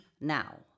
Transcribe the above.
now